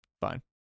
fine